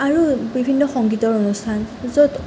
আৰু বিভিন্ন সংগীতৰ অনুষ্ঠান য'ত